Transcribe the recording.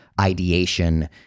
ideation